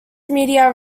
media